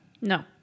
no